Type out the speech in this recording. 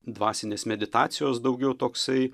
dvasinės meditacijos daugiau toksai